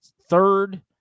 third